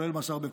כולל מאסר בפועל.